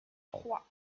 trois